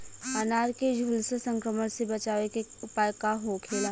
अनार के झुलसा संक्रमण से बचावे के उपाय का होखेला?